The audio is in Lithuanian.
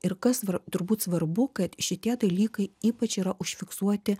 ir kas svar turbūt svarbu kad šitie dalykai ypač yra užfiksuoti